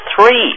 three